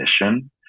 mission